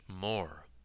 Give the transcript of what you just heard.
more